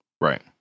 right